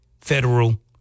federal